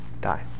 Die